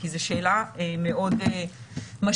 כי זו שאלה מאוד משמעותית.